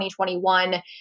2021